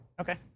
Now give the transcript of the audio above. Okay